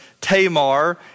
Tamar